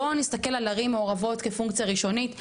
בואו נסתכל על ערים מעורבות כפונקציה ראשונית,